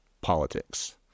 politics